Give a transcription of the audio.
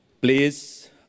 please